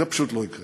זה פשוט לא יקרה.